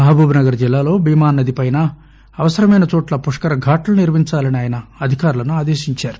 మహబూబ్నగర్ జిల్లాలో భీమా నదిపైనా అవసరమైన చోట్ల పుష్కర ఘాట్లు నిర్మించాలని ఆయన అధికారులను ఆదేశించారు